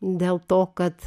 dėl to kad